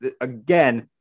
Again